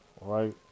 right